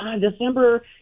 December